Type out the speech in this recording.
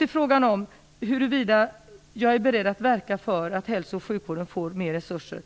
Till frågan om huruvida jag är beredd att verka för att hälso och sjukvården får mer resurser.